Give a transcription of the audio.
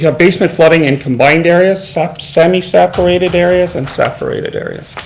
yeah basement flooding in combined areas, sub-semi-separated areas, and separated areas.